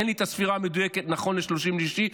אין לי את הספירה המדויקת נכון ל-30 ביוני,